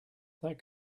that